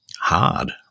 hard